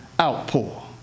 outpour